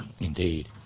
indeed